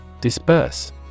Disperse